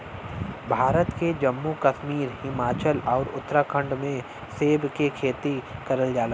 भारत के जम्मू कश्मीर, हिमाचल आउर उत्तराखंड में सेब के खेती करल जाला